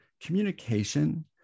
communication